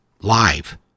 live